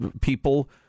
people